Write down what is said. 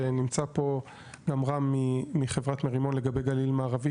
ונמצא פה גם רם מחברת מרימון לגבי גליל מערבי,